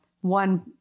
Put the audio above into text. one